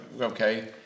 okay